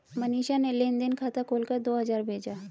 मनीषा ने लेन देन खाता खोलकर दो हजार भेजा